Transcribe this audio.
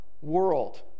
world